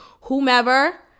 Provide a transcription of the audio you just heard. whomever